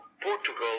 Portugal